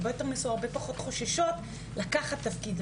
הרבה יותר מסורה והרבה פחות חוששות לקחת תפקידים,